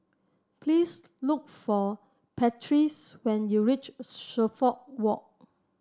please look for Patrice when you reach Suffolk Walk